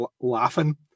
laughing